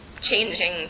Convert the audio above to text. changing